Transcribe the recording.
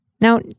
Now